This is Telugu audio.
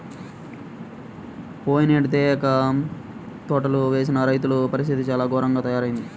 పోయినేడు తేయాకు తోటలు వేసిన రైతుల పరిస్థితి చాలా ఘోరంగా తయ్యారయింది